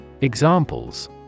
examples